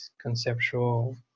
conceptual